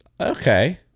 Okay